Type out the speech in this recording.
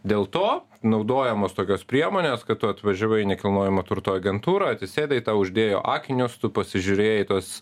dėl to naudojamos tokios priemonės kad tu atvažiavai į nekilnojamo turto agentūrą atsisėdai tau uždėjo akinius tu pasižiūrėjai tuos